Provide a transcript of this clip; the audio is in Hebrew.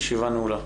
הישיבה נעולה.